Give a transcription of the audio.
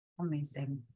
Amazing